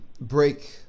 Break